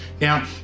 Now